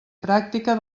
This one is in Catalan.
pràctica